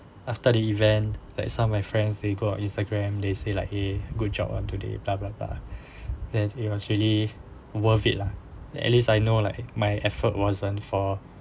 after the event like some of my friends they got instagram they say like eh good job onto the blah blah blah then it was really worth it lah at least I know like my effort wasn't for